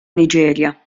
nigeria